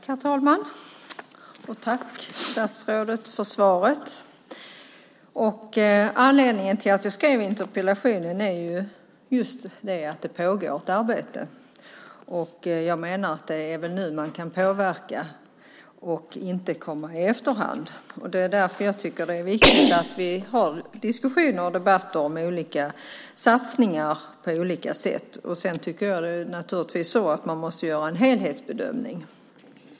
Herr talman! Tack, statsrådet, för svaret. Anledningen till att jag skrev interpellationen är att det pågår ett arbete. Och jag menar att det är nu som man kan påverka och inte komma i efterhand. Det är därför som jag tycker att det är viktigt att vi har diskussioner och debatter om olika satsningar. Jag tycker naturligtvis att man måste göra en helhetsbedömning.